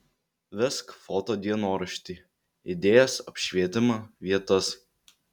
vesk foto dienoraštį idėjas apšvietimą vietas